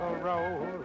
roll